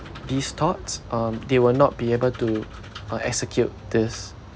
these thoughts um they will not be able to uh execute this